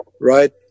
right